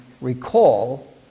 recall